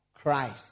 Christ